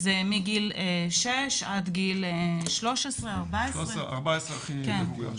זה מגיל שש עד גיל 14-13. 14 הכי מבוגר.